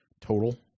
total